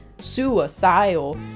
suicidal